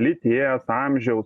lyties amžiaus